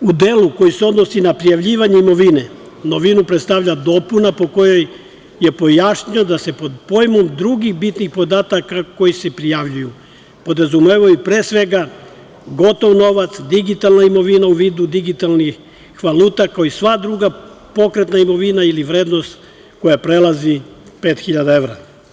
U delu koji se odnosi na prijavljivanje imovine novinu predstavlja dopuna po kojoj je pojašnjeno da se pod pojmom drugih bitnih podataka koji se prijavljuju podrazumevaju pre svega gotov novac, digitalna imovina u vidu digitalnih valuta kao i sva druga pokretna imovina ili vrednost koja prelazi pet hiljada evra.